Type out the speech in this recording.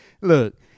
look